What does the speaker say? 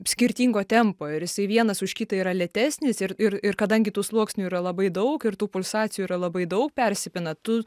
skirtingo tempo ir jisai vienas už kitą yra lėtesnis ir ir ir kadangi tų sluoksnių yra labai daug ir tų pulsacijų yra labai daug persipina tu